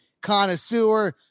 connoisseur